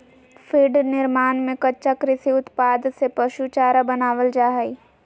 feed निर्माण में कच्चा कृषि उत्पाद से पशु चारा बनावल जा हइ